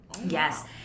Yes